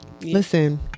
Listen